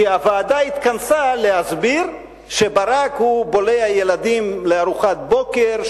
כי הוועדה התכנסה כדי להסביר שברק בולע ילדים לארוחת בוקר,